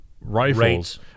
rifles